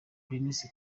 dennis